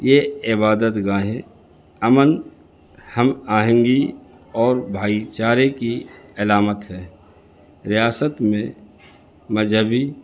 یہ عبادت گاہیں امن ہم آہنگی اور بھائی چارے کی علامت ہے ریاست میں مذہبی